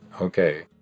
okay